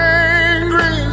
angry